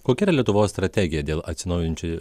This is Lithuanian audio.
kokia yra lietuvos strategija dėl atsinaujinančių